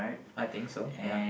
I think so ya